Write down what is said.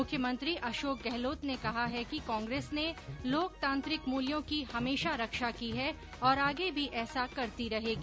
मुख्यमंत्री अशोक गहलोत ने कहा है कि कांग्रेस ने लोकतांत्रिक मूल्यों की हमेशा रक्षा की है और आगे भी ऐसा करती रहेगी